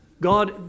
God